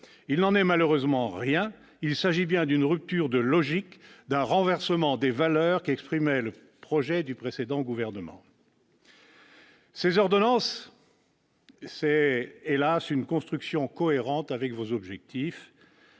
Il n'en est malheureusement rien ; il s'agit bien d'une rupture de logique, d'un renversement des valeurs exprimées dans le projet du précédent gouvernement. Ces ordonnances constituent, hélas, une construction cohérente avec vos objectifs,